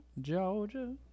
Georgia